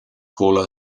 call